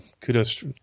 kudos